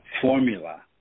formula